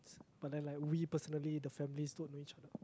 but then like we personally the families don't know each other